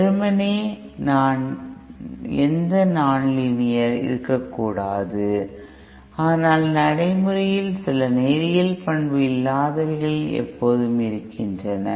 வெறுமனே எந்த நான் லீனியர் ஏதும் இருக்கக்கூடாது ஆனால் நடைமுறையில் சில நேரியல் பண்பு இல்லாதவைகள் எப்போதும் இருக்கின்றன